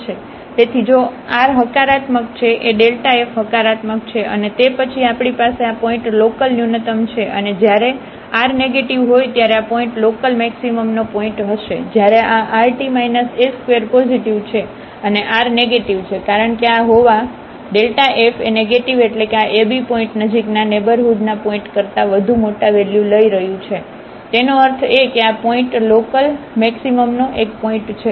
તેથી જો r હકારાત્મક છે એf હકારાત્મક છે અને તે પછી આપણી પાસે આ પોઇન્ટ લોકલન્યુનતમ છે અને જ્યારે r નેગેટિવ હોય ત્યારે આ પોઇન્ટ લોકલમેક્સિમમનો પોઇન્ટ હશે જ્યારે આ rt s2 પોઝિટિવ છે અને r નેગેટીવ છે કારણ કે આ હોવા fએ નેગેટિવ એટલે કે આ ab પોઇન્ટ નજીકના નેઇબરહુડના પોઇન્ટ કરતાં વધુ મોટા વેલ્યુ લઈ રહ્યું છે તેનો અર્થ એ કે આ પોઇન્ટ લોકલમેક્સિમમનો એક પોઇન્ટ છે